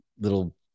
little